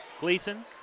Gleason